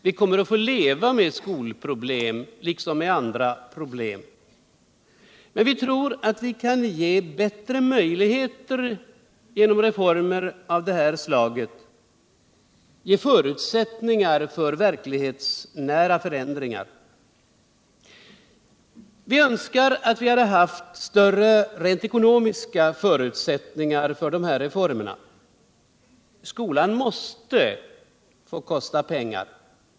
Vi kommer att få leva med skolproblem liksom med andra problem. Men vi tror att vi genom reformer av deta slag kan skapa förutsättningar för verklig hetsnära förändringar. Vi önskar av vi hade haft större förutsättningar rent ekonomiskt för dessa retormer. Skolan mäste få kosta pengar.